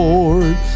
Lord